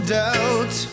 doubt